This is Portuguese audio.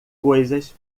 coisas